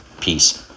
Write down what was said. peace